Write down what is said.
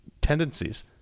tendencies